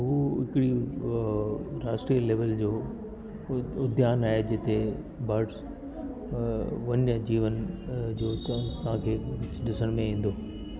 हूअ हिकड़ी राष्ट्रीय लेविल जो उद उद्यान आहे जिते बड्स वन्य जीवन जो तव्हांखे ॾिसण में ईंदो